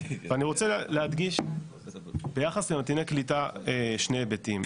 אני רוצה להדגיש ביחס לנתוני קליטה שני היבטים.